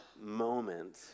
moment